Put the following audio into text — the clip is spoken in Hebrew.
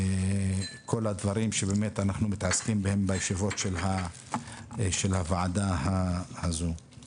כל הדברים שאנחנו מתעסקים בהם בישיבות של הוועדה הזאת.